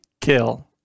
kill